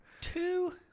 Two